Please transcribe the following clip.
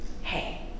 hey